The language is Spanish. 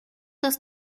dos